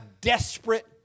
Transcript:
desperate